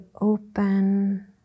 open